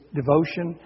devotion